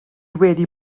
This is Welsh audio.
wedi